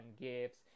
gifts